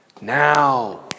Now